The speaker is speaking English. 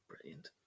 brilliant